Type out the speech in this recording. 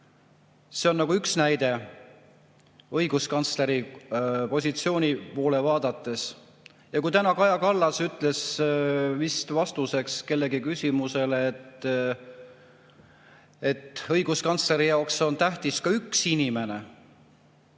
See on üks näide õiguskantsleri positsiooni poole vaadates. Ja kui täna Kaja Kallas ütles vist vastuseks kellegi küsimusele, et õiguskantsleri jaoks on tähtis ka üks inimene,